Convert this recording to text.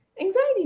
Anxiety